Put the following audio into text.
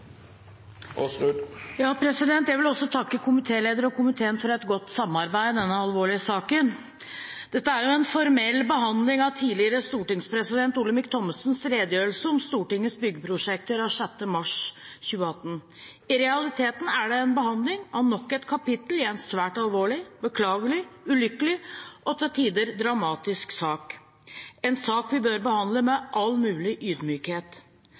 Jeg vil også takke komitéleder og komiteen for et godt samarbeid i denne alvorlige saken. Dette er formelt en behandling av tidligere stortingspresident Olemic Thommessens redegjørelse om Stortingets byggeprosjekter av 6. mars 2018. I realiteten er det en behandling av nok et kapittel i en svært alvorlig, beklagelig, ulykkelig og til tider dramatisk sak – en sak vi bør behandle med all mulig ydmykhet,